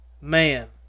Man